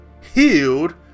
healed